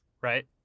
Right